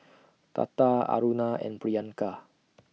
Tata Aruna and Priyanka